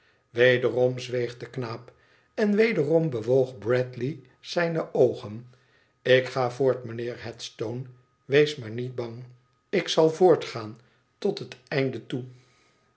wederom zweeg de knaap en wederom bewoog bradley zijne oogen ik ga voort mijnheer headstone wees maar niet bang ik zal voortgaan tot het einde toe